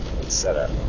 setup